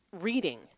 reading